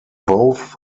both